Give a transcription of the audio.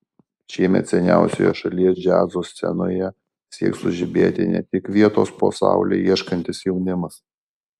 šiemet seniausioje šalies džiazo scenoje sieks sužibėti ne tik vietos po saule ieškantis jaunimas